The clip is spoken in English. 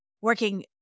working